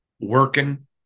working